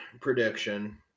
prediction